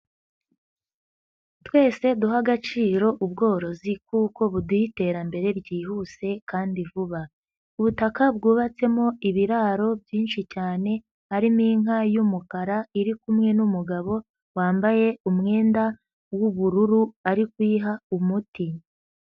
Twese duhe agaciro ubworozi kuko buduha iterambere ryihuse kandi vuba. Ubutaka bwubatsemo ibiraro byinshi cyane harimo inka y'umukara iri kumwe n'umugabo, wambaye umwenda w'ubururu ari kuyiha umuti.